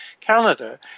Canada